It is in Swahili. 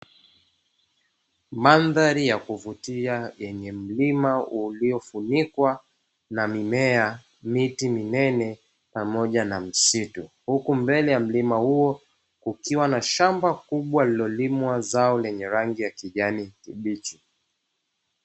Mandhari ya kuvutia yenye mlima uliofunikwa na mimea, miti minene, pamoja na misitu. Huku mbele ya mlima huo kukiwa na shamba kubwa, lililolimwa zao lenye rangi ya kijani kibichi.